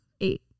Eight